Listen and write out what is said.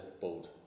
board